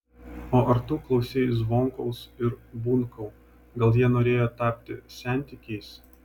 o ar tu klausei zvonkaus ir bunkau gal jie norėjo tapti sentikiais